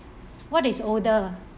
what is older